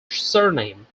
surname